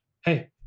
hey